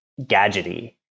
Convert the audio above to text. gadgety